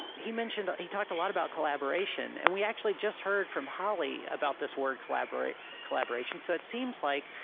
he mentioned he talked a lot about collaboration. and we actually just heard from holly about this word. collaborat collaboration. so it seems like,